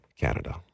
Canada